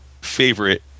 favorite